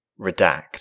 Redact